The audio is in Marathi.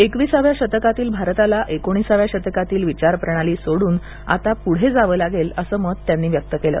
एकविसाव्या शतकातील भारताला एकोणिसाव्या शतकातील विचारप्रणाली सोडून आता पुढे जावे लागेल असं मत त्यांनी व्यक्त केलं